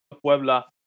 Puebla